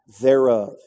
thereof